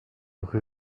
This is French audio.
rue